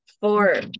Four